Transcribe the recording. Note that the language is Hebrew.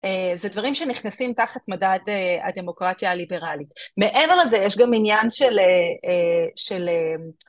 זה דברים שנכנסים תחת מדעת הדמוקרטיה הליברלית, מעבר לזה יש גם עניין של